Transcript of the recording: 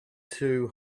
too